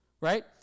right